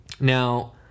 Now